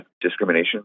discrimination